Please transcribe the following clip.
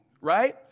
right